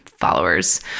followers